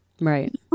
Right